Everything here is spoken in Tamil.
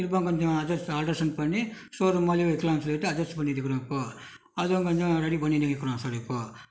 இப்போது கொஞ்சம் அட்ஜெஸ்ட் ஆல்ட்ரேசன் பண்ணி ஷோ ரூம்மாலே வைக்கலான்னு சொல்லிட்டு அட்ஜெஸ்ட் பண்ணிகிட்டு இருக்கிறோம் இப்போது அதுவும் கொஞ்சம் ரெடி பண்ணிகிட்டு இருக்கிறோம் சார் இப்போது